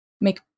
make